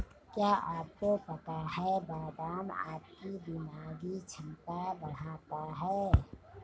क्या आपको पता है बादाम आपकी दिमागी क्षमता बढ़ाता है?